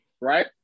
Right